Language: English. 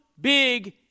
big